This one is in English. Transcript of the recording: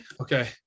Okay